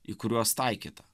į kuriuos taikyta